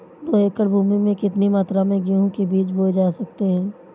दो एकड़ भूमि में कितनी मात्रा में गेहूँ के बीज बोये जा सकते हैं?